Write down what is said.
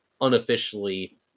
unofficially